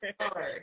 hard